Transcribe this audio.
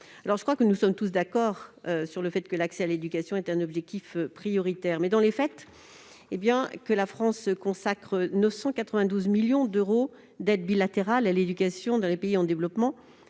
sont confrontés. Nous sommes tous d'accord sur le fait que l'accès à l'éducation est un objectif prioritaire ; mais, dans les faits, et bien que la France consacre 992 millions d'euros d'aide bilatérale à l'éducation dans les pays en développement,